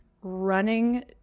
Running